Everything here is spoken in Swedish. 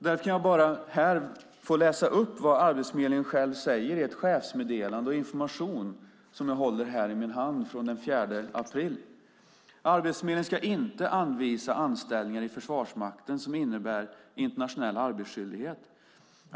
Därför vill jag läsa upp vad Arbetsförmedlingen själv säger i ett chefsmeddelande med information den 4 april: Arbetsförmedlingen ska inte anvisa anställningar i Försvarsmakten som innebär internationell arbetsskyldighet.